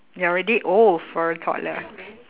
you're already old for a toddler